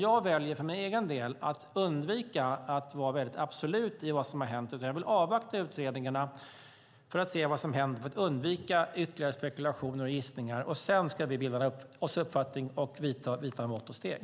Jag väljer för min egen del att undvika att vara absolut i vad som har hänt, utan jag vill avvakta utredningarna för att se vad som hänt och för att undvika ytterligare spekulationer och gissningar. Sedan ska vi bilda oss en uppfattning och vidta mått och steg.